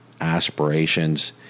aspirations